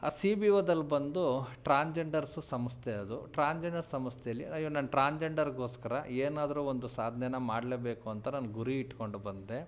ಆ C B ಓದಲ್ಲಿ ಬಂದೂ ಟ್ರಾನ್ಜಂಡರ್ಸ್ ಸಂಸ್ಥೆ ಅದು ಟ್ರಾನ್ಜಂಡರ್ ಸಂಸ್ಥೆಯಲ್ಲಿ ಅಯ್ಯೋ ನಾನು ಟ್ರಾನ್ಜಂಡರಿಗೋಸ್ಕರ ಏನಾದರೂ ಒಂದು ಸಾಧನೇನ ಮಾಡಲೇಬೇಕು ಅಂತ ನಾನು ಗುರಿ ಇಟ್ಕೊಂಡು ಬಂದೆ